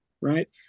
Right